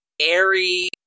airy